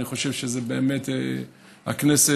אני חושב שזה באמת, הכנסת,